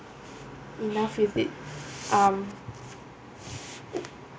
enough with it um